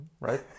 right